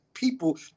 people